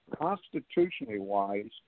constitutionally-wise